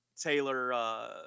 Taylor